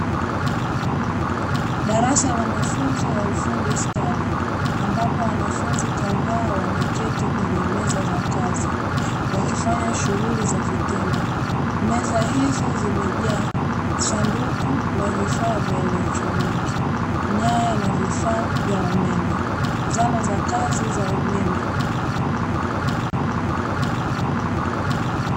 Darasa la mafunzo ya ufundi stadi, ambapo wanafunzi kadhaa wameketi kwenye meza za kazi, wakifanya shughuli za vitendo. Meza hizi zimejaa sanduku la vifaa vya elektroniki, nyaya na vifaa vya umeme, zana za kazi za umeme.